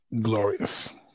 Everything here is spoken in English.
Glorious